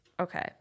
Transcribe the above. Okay